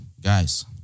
guys